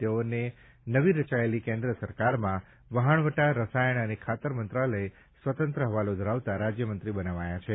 તેઓને નવી રચાયેલી કેન્દ્ર સરકારમાં વહાણવટા રસાયણ અને ખાતર મંત્રાલય સ્વતંત્ર હવાલો ધરાવતા રાજ્ય મંત્રી બનાવાયા છે